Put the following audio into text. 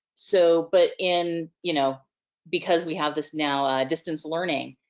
so, but in, you know because we have this now distance learning,